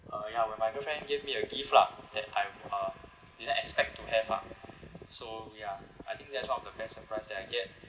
uh ya when my girlfriend gave me a gift lah that I uh didn't expect to have ah so ya I think that's one of the best surprise that I get